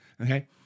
okay